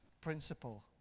principle